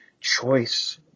choice